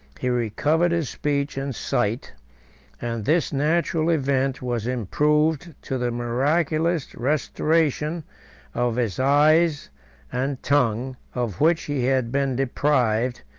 he recovered his speech and sight and this natural event was improved to the miraculous restoration of his eyes and tongue, of which he had been deprived,